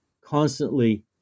constantly